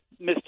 Mr